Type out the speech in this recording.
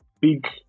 big